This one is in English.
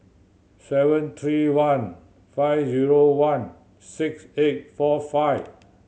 seven three one five zero one six eight four five